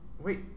Wait